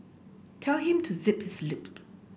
tell him to zip his lip